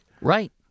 Right